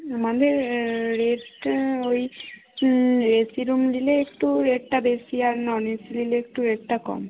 আমাদের রেট ওই AC room নিলে একটু রেটটা বেশি আর নন এসি নিলে একটু রেটটা কম